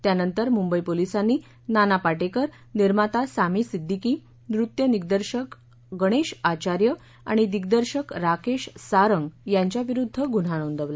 त्यानंतर मुंबई पोलिसांनी नाना पाटेकर निर्माता सामी सिद्दिकी नृत्य दिग्दर्शक गणेश आचार्य आणि दिग्दर्शक राकेश सारंग यांच्याविरुद्ध गुन्हा नोंदवला